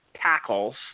tackles